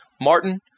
Martin